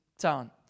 town